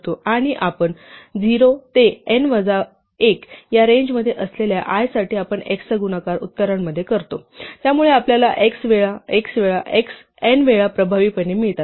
आणि आता 0 ते n वजा 1 या रेंज मध्ये असलेल्या i साठी आपण x चा गुणाकार उत्तरामध्ये करतो त्यामुळे आपल्याला x वेळा x वेळा x n वेळा प्रभावीपणे मिळतात